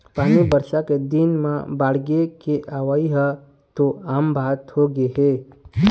पानी बरसा के दिन म बाड़गे के अवइ ह तो आम बात होगे हे